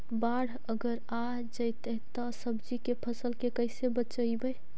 बाढ़ अगर आ जैतै त सब्जी के फ़सल के कैसे बचइबै?